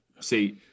See